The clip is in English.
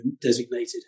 designated